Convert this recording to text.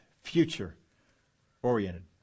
future-oriented